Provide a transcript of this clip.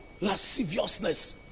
Lasciviousness